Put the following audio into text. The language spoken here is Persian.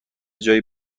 جای